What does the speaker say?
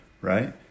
right